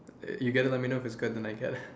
you get it and let me know if it's good then I get eh